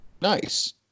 Nice